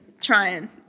trying